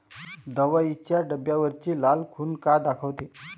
दवाईच्या डब्यावरची लाल खून का दाखवते?